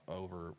over